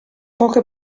poche